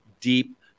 deep